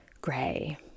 gray